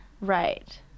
Right